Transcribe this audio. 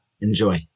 Enjoy